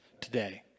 today